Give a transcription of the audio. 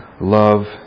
love